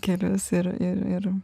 kelius ir ir ir